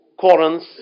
Corinth